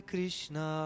Krishna